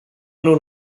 nun